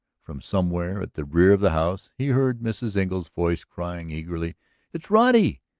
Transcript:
from somewhere at the rear of the house he heard mrs. engle's voice crying eagerly it's roddy!